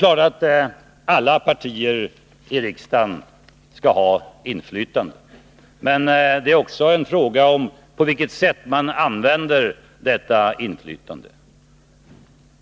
Alla partier i riksdagen skall givetvis ha inflytande. Men det är också en fråga om på vilket sätt man använder detta inflytande.